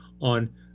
on